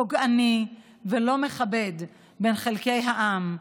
פוגעני ולא מכבד בין חלקי העם.